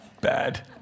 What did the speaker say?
Bad